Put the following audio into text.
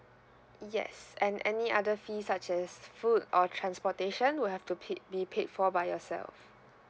yes and any other fees such as food or transportation would have to pay be paid for by yourself